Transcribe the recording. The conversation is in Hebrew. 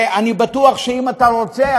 אני בטוח שאם אתה רוצה,